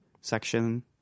section